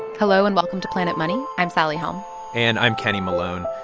hello and welcome to planet money. i'm sally helm and i'm kenny malone.